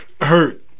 hurt